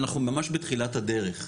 אנחנו ממש בתחילת הדרך.